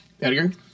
Edgar